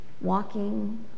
walking